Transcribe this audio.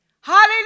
Hallelujah